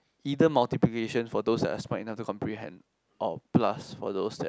either multiplication for those that are smart enough to comprehend or plus for those that